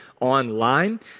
online